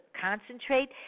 concentrate